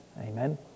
amen